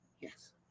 Yes